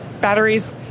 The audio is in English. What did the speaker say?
batteries